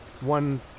one